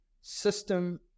system